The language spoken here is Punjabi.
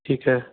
ਠੀਕ ਹੈ